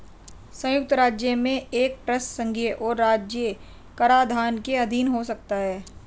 संयुक्त राज्य में एक ट्रस्ट संघीय और राज्य कराधान के अधीन हो सकता है